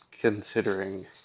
considering